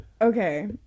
Okay